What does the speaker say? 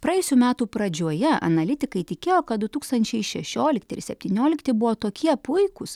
praėjusių metų pradžioje analitikai tikėjo kad du tūkstančiai šešiolikti ir septyniolikti buvo tokie puikūs